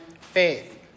faith